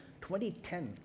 2010